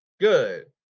Good